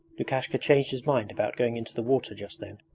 lukashka changed his mind about going into the water just then.